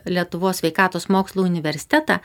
lietuvos sveikatos mokslų universitetą